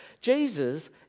Jesus